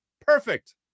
perfect